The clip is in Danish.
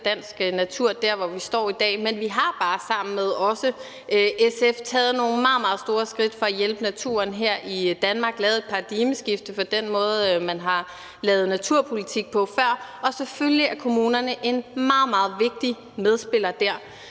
dansk natur der, hvor vi står i dag, men vi har bare, også sammen med SF, taget nogle meget, meget store skridt for at hjælpe naturen her i Danmark, lavet et paradigmeskifte fra den måde, man har lavet naturpolitik på før. Selvfølgelig er kommunerne en meget, meget vigtig medspiller der